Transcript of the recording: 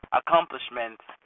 accomplishments